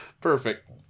Perfect